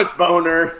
boner